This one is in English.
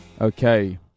Okay